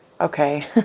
Okay